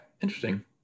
interesting